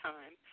Time